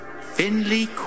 Finley